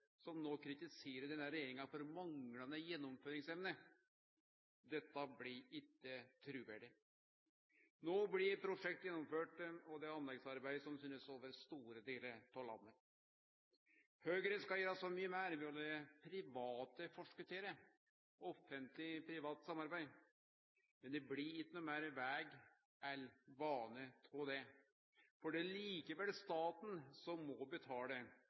som no kritiserer denne regjeringa for manglande gjennomføringsevne. Dette blir ikkje truverdig. No blir prosjekt gjennomførde, og det er anleggsarbeid som synest over store delar av landet. Høgre skal gjere så mykje meir ved å la private forskottere Offentleg Privat Samarbeid, men det blir ikkje noko meir veg eller bane av det, for det er likevel staten som må betale,